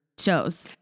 shows